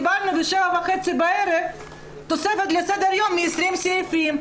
קיבלנו ב-19:30 בערב תוספת לסדר יום של 20 סעיפים.